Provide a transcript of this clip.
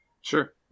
Sure